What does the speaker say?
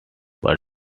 but